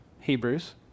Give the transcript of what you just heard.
Hebrews